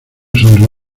sonrió